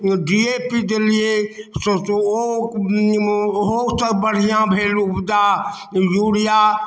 D A P देलियै ओहो सँ बढ़िआँ भेल उपजा यूरिया